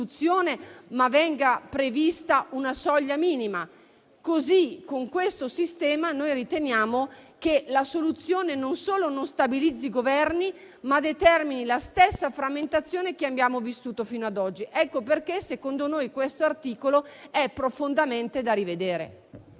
ma venga prevista una soglia minima. Così, con questo sistema, noi riteniamo che la soluzione non solo non stabilizzi i Governi, ma determini la stessa frammentazione che abbiamo vissuto fino ad oggi. Ecco perché, secondo noi, questo articolo è profondamente da rivedere.